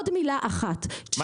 עוד מילה אחת,